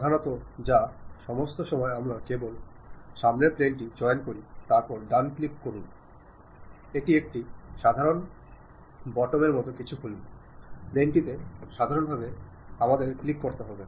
প্রধানত বা সমস্ত সময় আমরা কেবল সামনের প্লেনটি চয়ন করি তারপরে ডান ক্লিক করুন এটি একটি সাধারণ বোতামের মতো কিছু খুলবে প্লেনটিতে সাধারণভাবে আমাদের ক্লিক করতে হবে